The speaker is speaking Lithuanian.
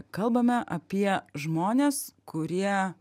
kalbame apie žmones kurie